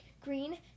green